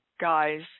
guys